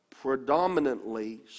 predominantly